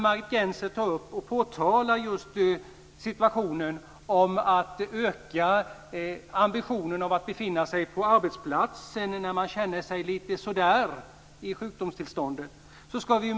Margit Gennser tar upp frågan om att öka ambitionen att befinna sig på arbetsplatsen när man känner sig lite småsjuk.